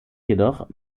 jedoch